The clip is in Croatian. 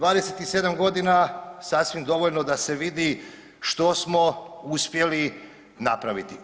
27 godina sasvim dovoljno da se vidi što smo uspjeli napraviti.